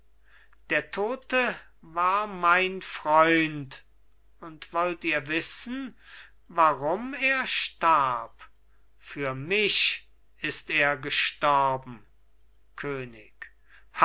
der tote war mein freund und wollt ihr wissen warum er starb für mich ist er gestorben könig